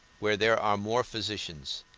where there are more physicians